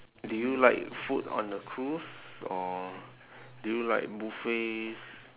do you like food on a cruise or do you like buffets